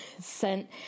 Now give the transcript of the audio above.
sent